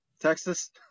Texas